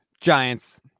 Giants